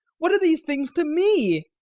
what are these things to me?